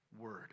Word